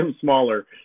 smaller